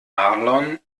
marlon